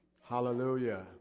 Hallelujah